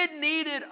needed